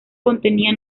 contenía